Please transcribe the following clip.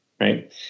right